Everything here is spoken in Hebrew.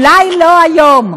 אולי לא היום,